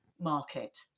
market